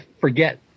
forget